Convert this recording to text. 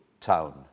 town